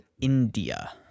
india